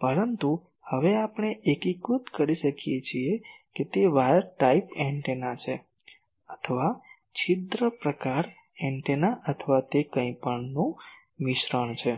પરંતુ તેથી હવે આપણે એકીકૃત કરી શકીએ કે તે વાયર ટાઇપ એન્ટેના છે અથવા છિદ્ર પ્રકાર એન્ટેના અથવા તે કંઈપણનું મિશ્રણ છે